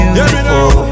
Beautiful